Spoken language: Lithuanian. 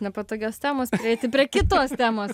nepatogios temos prieiti prie kitos temos